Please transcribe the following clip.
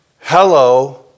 Hello